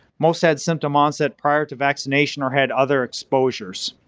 most had symptom onset prior to vaccination or had other exposures.